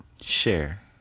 share